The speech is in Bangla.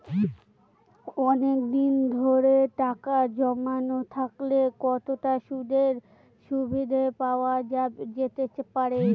অনেকদিন ধরে টাকা জমানো থাকলে কতটা সুদের সুবিধে পাওয়া যেতে পারে?